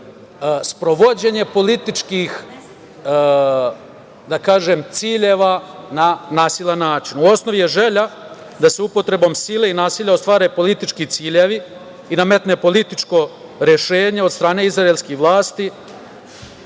se sprovođenje političkih, da kažem, ciljeva na nasilan način.U osnovi je želja da se upotrebom sile i nasilja ostvare politički ciljevi i nametne političko rešenje od strane izraelskih vlasti,